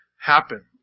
happen